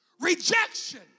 rejection